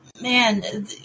Man